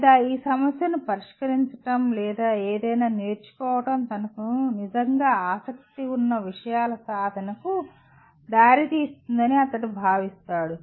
లేదా ఈ సమస్యను పరిష్కరించడం లేదా ఏదైనా నేర్చుకోవడం తనకు నిజంగా ఆసక్తి ఉన్న విషయాల సాధనకు దారితీస్తుందని అతను భావిస్తాడు